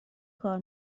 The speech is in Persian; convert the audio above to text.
کار